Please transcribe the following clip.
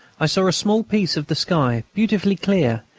i saw a small piece of the sky, beautifully clear,